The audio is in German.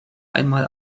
einmal